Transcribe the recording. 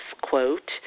quote